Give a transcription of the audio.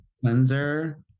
cleanser